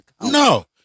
No